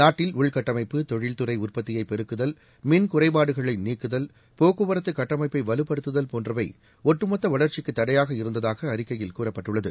நாட்டில் உள்கட்டமைப்பு தொழில்துறை உற்பத்தியைப் பெருக்குதல் மின் குறைபாடுகளை நீக்குதல் போக்குவரத்து கட்டமைப்பை வலுப்படுத்துதல் போன்றவை ஒட்டுமொத்த வளர்ச்சிக்கு தடையாக இருந்ததாக அறிக்கையில் கூறப்பட்டுள்ளது